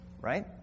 right